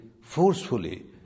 forcefully